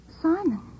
Simon